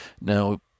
Now